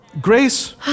Grace